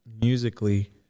musically